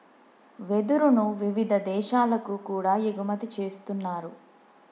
వెదురును వివిధ దేశాలకు కూడా ఎగుమతి చేస్తున్నారు